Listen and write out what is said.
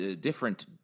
different